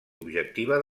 objectiva